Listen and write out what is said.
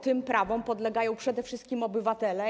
Tym prawom podlegają przede wszystkim obywatele.